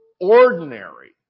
ordinary